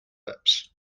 lips